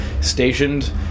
stationed